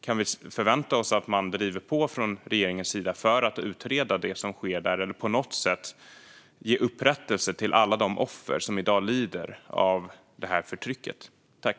Kan vi förvänta oss att regeringen driver på för att utreda det som sker för att på något sätt ge upprättelse till alla de offer som i dag lider av detta förtryck?